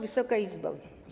Wysoka Izbo!